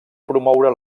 promoure